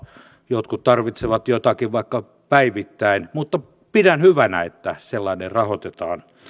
jotkut tarvitsevat jotakin vaikka päivittäin mutta pidän hyvänä että sellainen rahoitetaan